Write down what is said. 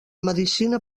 medicina